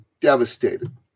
devastated